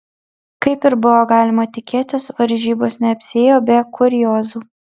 kaip ir buvo galima tikėtis varžybos neapsiėjo be kuriozų